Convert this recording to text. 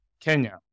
Kenya